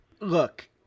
Look